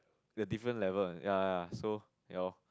we different level eh ya ya ya so you'll